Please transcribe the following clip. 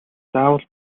заавал